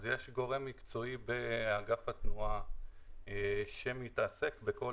יש גורם מקצועי באגף התנועה שעוסק בכל